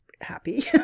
happy